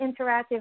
interactive